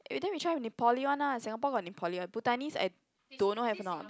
eh then we try Nepali one lah Singapore got Nepali Bhutanese I don't know have or not but